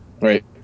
right